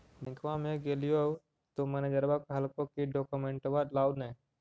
बैंकवा मे गेलिओ तौ मैनेजरवा कहलको कि डोकमेनटवा लाव ने?